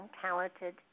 talented